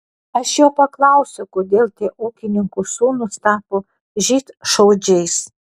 aš jo paklausiau kodėl tie ūkininkų sūnūs tapo žydšaudžiais